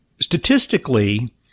statistically